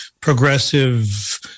progressive